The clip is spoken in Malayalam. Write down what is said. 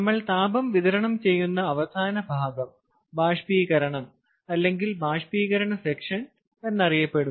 നമ്മൾ താപം വിതരണം ചെയ്യുന്ന അവസാന ഭാഗം ബാഷ്പീകരണം അല്ലെങ്കിൽ ബാഷ്പീകരണ സെക്ഷൻ എന്നറിയപ്പെടുന്നു